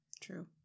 True